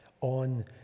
on